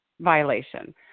violation